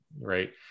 right